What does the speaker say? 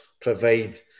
provide